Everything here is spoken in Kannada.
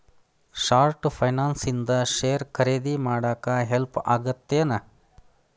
ಶಾರ್ಟ್ ಫೈನಾನ್ಸ್ ಇಂದ ಷೇರ್ ಖರೇದಿ ಮಾಡಾಕ ಹೆಲ್ಪ್ ಆಗತ್ತೇನ್